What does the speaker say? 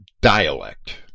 dialect